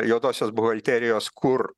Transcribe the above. juodosios buhalterijos kur